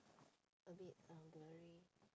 a bit uh blurry